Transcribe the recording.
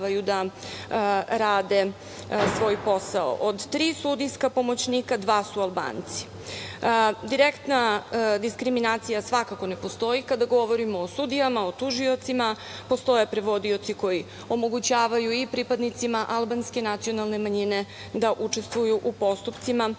da rade svoj posao. Od tri sudijska pomoćnika, dva su Albanci. Direktna diskriminacija svakako ne postoji kada govorimo o sudijama, o tužiocima, postoje prevodioci koje omogućavaju i pripadnicima albanske nacionalne manjine da učestvuju u postupcima